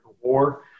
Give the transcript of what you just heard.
war